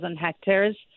hectares